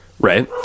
right